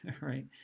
right